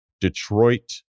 Detroit